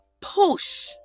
Push